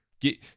get